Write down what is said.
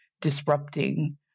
disrupting